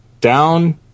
down